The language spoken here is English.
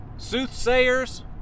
soothsayers